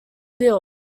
built